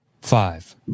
Five